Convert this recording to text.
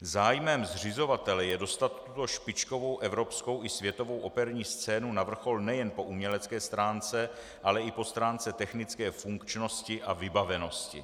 Zájmem zřizovatele je dostat tuto špičkovou evropskou i světovou operní scénu na vrchol nejen po umělecké stránce, ale i po stránce technické funkčnosti a vybavenosti.